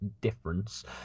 difference